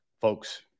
folks